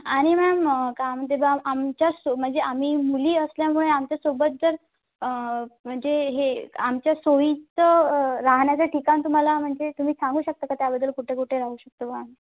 आणि मॅम काय म्हणते बुवा आमच्या सो म्हणजे आम्ही मुली असल्यामुळे आमच्यासोबत जर म्हणजे हे आमच्या सोयीचं राहण्याचं ठिकाण तुम्हाला म्हणजे तुम्ही सांगू शकता का त्याबद्दल कुठे कुठे राहू शकता बुवा आ